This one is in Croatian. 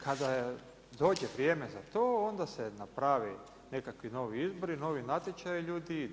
Kada dođe vrijeme za to onda se naprave nekakvi novi izbori i novi natječaji i ljudi idu.